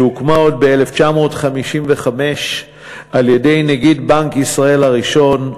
שהוקמה עוד ב-1955 על-ידי נגיד בנק ישראל הראשון,